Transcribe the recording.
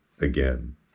again